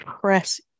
Press